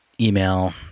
email